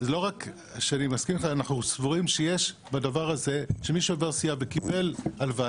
לא רק שאני מסכים איתך אלא שאנחנו סבורים שמי שעובר סיעה וקיבל הלוואה,